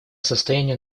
состоянию